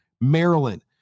Maryland